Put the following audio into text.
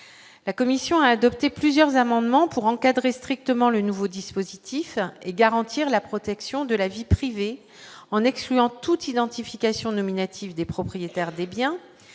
la commission a adopté plusieurs amendements pour encadrer strictement le nouveau dispositif et garantir la protection de la vie privée en excluant toute identification nominative des propriétaires des biens